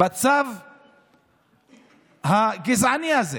בצו הגזעני הזה.